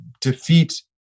defeat